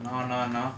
நான் நா நா:naan naa naa